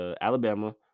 Alabama